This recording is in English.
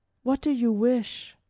what do you wish?